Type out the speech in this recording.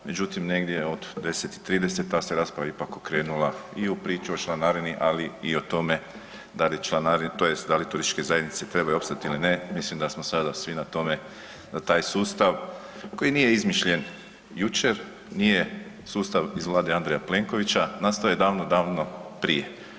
Međutim, negdje od 10,30 ta se rasprava ipak okrenula i u priču o članarini, ali i o tome da li članarina tj. da li TZ trebaju opstat ili ne, mislim da smo sada svi na tome da taj sustav koji nije izmišljen jučer, nije sustav iz Vlade Andreja Plenkovića, nastaso je davno, davno prije.